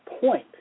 point